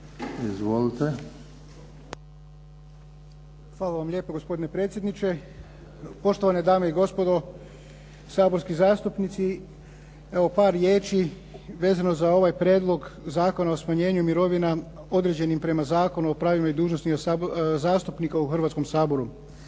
Miljenko** Hvala vam lijepo gospodine predsjedniče, poštovane dame i gospodo saborski zastupnici. Evo par riječi vezano za ovaj Prijedlog zakona o smanjenju mirovina određenim prema Zakonu o pravima i dužnostima zastupnika u Hrvatskom saboru.